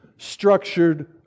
structured